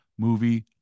movie